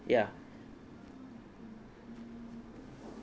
ya